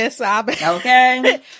Okay